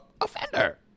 offender